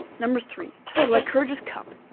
number three. the lycurgus cup.